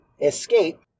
escape